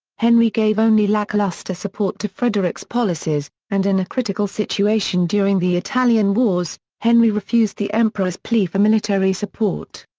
henry gave only lackluster support to frederick's policies, and in a critical situation during the italian wars, henry refused the emperor's plea for military support.